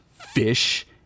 Fish